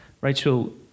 Rachel